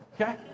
Okay